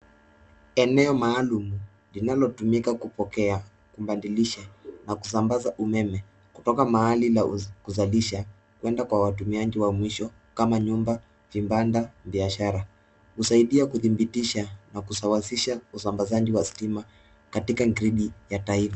Eneo maalumu linalotumika kupokea, kubadilisha na kusambaza umeme, kutoka mahali la kuzalisha kwenda kwa watumiaji wa mwisho, kama nyumba, vibanda, biashara. Husaidia kudhibitisha na kusawazisha usambazaji wa stima katima gredi ya taifa.